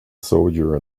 soldier